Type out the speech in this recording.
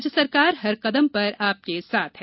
राज्य सरकार हर कदम पर आपके साथ है